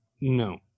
No